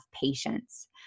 patience